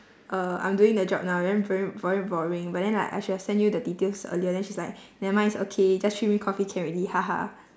uh I'm doing the job now then very very boring but then like I should've sent you the details earlier then she's like never mind it's okay just treat me coffee can already ha ha